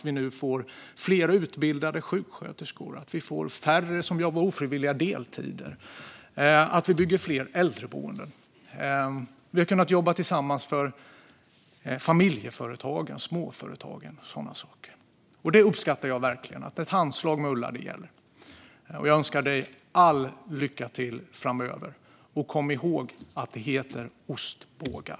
Vi får nu fler utbildade sjuksköterskor. Vi får färre som ofrivilligt jobbar deltid. Vi bygger fler äldreboenden. Vi har kunnat jobba tillsammans för familjeföretagen, småföretagen och sådana saker. Jag uppskattar verkligen att ett handslag med Ulla gäller. Jag önskar dig all lycka till framöver, Ulla. Och kom ihåg att det heter ostbågar!